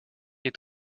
est